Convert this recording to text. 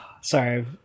Sorry